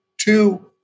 Two